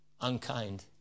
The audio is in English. unkind